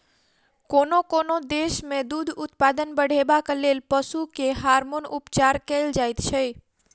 कोनो कोनो देश मे दूध उत्पादन बढ़ेबाक लेल पशु के हार्मोन उपचार कएल जाइत छै